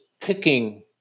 picking